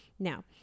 Now